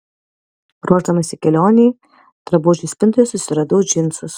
ruošdamasi kelionei drabužių spintoje susiradau džinsus